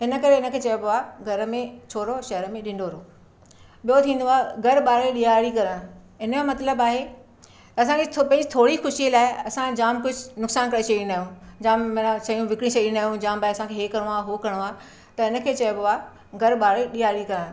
हिन करे हिन खे चइबो आहे घर में छोरो शहर में ढिंढोरो ॿियो थींदो आहे घरु ॿारे ॾियारी करणु हिन जो मतिलबु आहे असांखे थो पई थोरी ख़ुशी लाइ असां जामु कुझु नुक़सान करे छॾींदा आहियूं जामु माना शयूं विकणी छ्ॾींदा आहियूं जामु भई असांखे हे करिणो आहे हो करिणो आहे त हिन खे चइबो आहे घरु ॿारे ॾियारी करणु